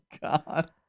god